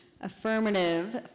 affirmative